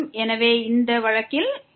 எனவே இந்த வழக்கில் 2y ஐப் பெறுவோம்